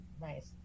nice